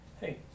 Hey